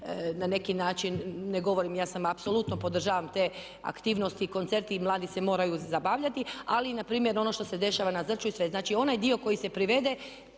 na neki način, ne govorim ja apsolutno podržavam te aktivnosti, koncerte. Mladi se moraju zabavljati. Ali na primjer ono što se dešava na Zrću i sve, onaj dio koji se privede